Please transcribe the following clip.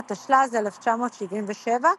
התשל"ז–1977,